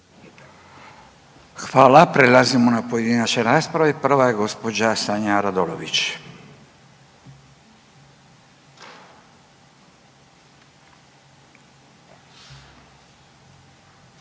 Hvala. Prelazimo na pojedinačne rasprave, prva je gospođa Sanja Radolović.